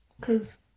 Cause